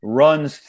runs